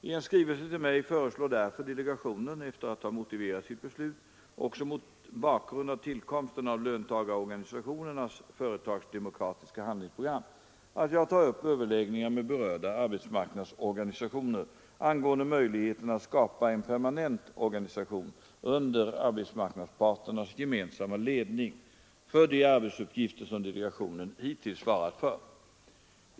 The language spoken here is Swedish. I en skrivelse till mig föreslår därför delegationen, efter att ha motiverat sitt beslut också mot bakgrund av tillkomsten av löntagarorganisationernas företagsdemokratiska handlingsprogram, att jag tar upp överläggningar med berörda arbetsmarknadsorganisationer angående möjligheterna att skapa en permanent organisation under arbetsmarknadsparternas gemensamma ledning för de arbetsuppgifter som delegationen hittills svarat för.